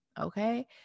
okay